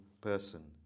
person